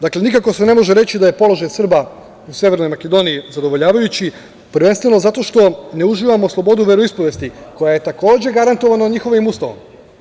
Dakle, nikako se ne može reći da je položaj Srba u Severnoj Makedoniji zadovoljavajući, prvenstveno zato što ne uživamo slobodu veroispovesti, koja je takođe garantovana njihovim Ustavom.